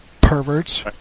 Perverts